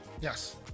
yes